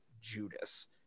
Judas